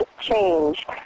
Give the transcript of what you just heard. change